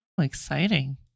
Exciting